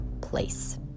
place